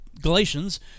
Galatians